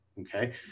okay